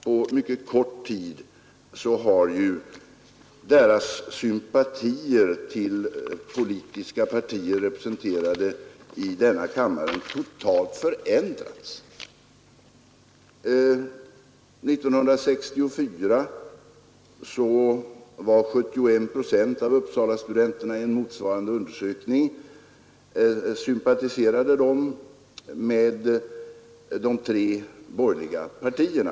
På mycket kort tid har ju deras inställning till politiska partier, representerade i denna kammare, totalt förändrats. I en motsvarande undersökning år 1964 sympatiserade 71 procent av Uppsalastudenterna med de tre borgerliga partierna.